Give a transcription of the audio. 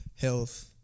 health